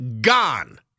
gone